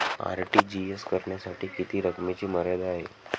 RTGS करण्यासाठी किती रकमेची मर्यादा आहे?